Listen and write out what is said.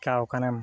ᱪᱮᱠᱟᱣ ᱠᱟᱱᱮᱢ